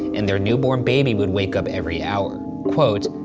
and their newborn baby would wake up every hour, quote,